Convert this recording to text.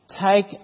take